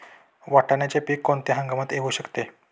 वाटाण्याचे पीक कोणत्या हंगामात येऊ शकते?